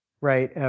right